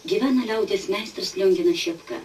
gyvena liaudies meistras lionginas šepka